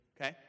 okay